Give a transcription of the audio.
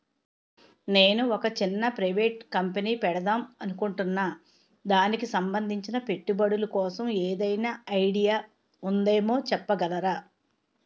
నేను ఒక చిన్న ప్రైవేట్ కంపెనీ పెడదాం అనుకుంటున్నా దానికి సంబందించిన పెట్టుబడులు కోసం ఏదైనా ఐడియా ఉందేమో చెప్పగలరా?